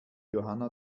johanna